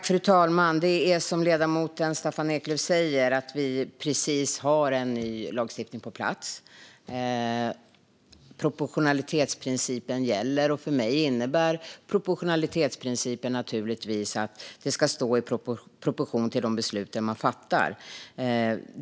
Fru talman! Som ledamoten Staffan Eklöf säger har vi precis fått en ny lagstiftning på plats. Proportionalitetsprincipen gäller, och för mig innebär det givetvis att det ska finnas proportionalitet i de beslut man fattar.